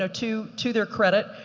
know, to to their credit,